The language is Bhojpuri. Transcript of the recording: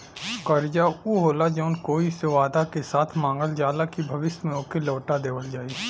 कर्जा ऊ होला जौन कोई से वादा के साथ मांगल जाला कि भविष्य में ओके लौटा देवल जाई